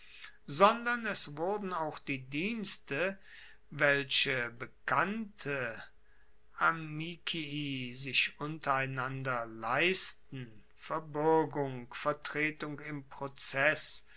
sondern es wurden auch die dienste welche bekannte amici sich untereinander leisten verbuergung vertretung im prozess